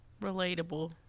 Relatable